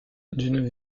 d’une